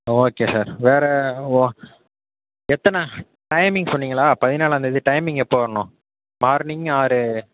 okay sir வேறு வ எத்தனை டைமிங் சொன்னிங்களா பதினாலாம்த்தேதி டைமிங் எப்போ வரறணும் மார்னிங் ஆரு